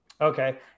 okay